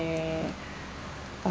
where